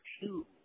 two